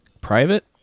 private